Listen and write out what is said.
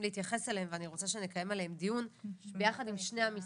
להתייחס אליהם ואני רוצה שנקיים עליהם דיון ביחד עם שני המשרדים,